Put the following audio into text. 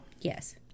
Yes